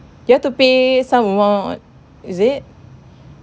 you have to pay some amount what is it